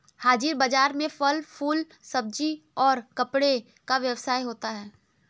हाजिर बाजार में फल फूल सब्जी और कपड़े का व्यवसाय होता है